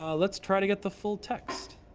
um let's try to get the full text.